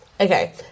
Okay